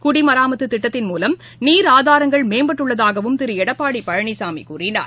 குடிமராமத்திட்டத்தின் மூலம் நீர் ஆதாரங்கள் மேம்பட்டுள்ளதாகவும் திருஎடப்பாடிபழனிசாமிகூறினார்